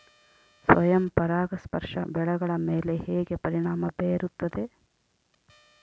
ಸ್ವಯಂ ಪರಾಗಸ್ಪರ್ಶ ಬೆಳೆಗಳ ಮೇಲೆ ಹೇಗೆ ಪರಿಣಾಮ ಬೇರುತ್ತದೆ?